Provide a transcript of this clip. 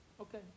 Okay